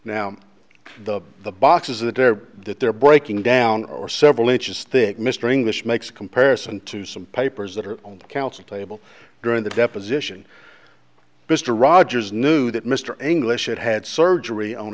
now the the boxes that they're that they're breaking down or several inches thick mr english makes a comparison to some papers that are on the counsel table during the deposition mr rogers knew that mr anglish had had surgery on